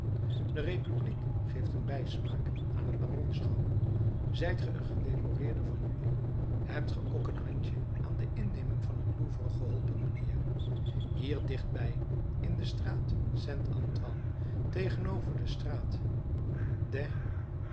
de republiek geeft een bijsmaak aan t baronschap zijt ge een gedecoreerde van juli hebt ge ook een handje aan de inneming van het louvre geholpen mijnheer hier dichtbij in de straat saint antoine tegenover de straat des